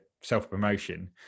self-promotion